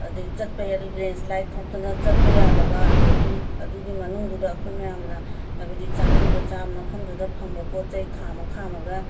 ꯑꯗꯒꯤ ꯆꯠꯄ ꯍꯦ ꯂꯦꯟꯁ꯭ꯂꯥꯏꯗ ꯊꯣꯛꯇꯨꯅ ꯆꯠꯄ ꯌꯥꯗꯕ ꯑꯗꯒꯤ ꯑꯗꯨꯒꯤ ꯃꯅꯨꯡꯗꯨꯗ ꯑꯩꯈꯣꯏ ꯃꯌꯥꯝꯅ ꯍꯥꯏꯕꯗꯤ ꯆꯥꯅꯤꯡꯕ ꯆꯥ ꯃꯐꯝꯗꯨꯗ ꯐꯪꯕ ꯄꯣꯠꯆꯩ ꯈꯥꯝꯃ ꯈꯥꯝꯃꯒ